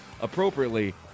appropriately